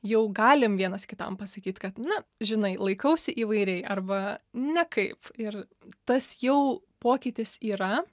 jau galim vienas kitam pasakyt kad na žinai laikausi įvairiai arba nekaip ir tas jau pokytis yra